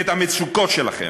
את המצוקות שלכם.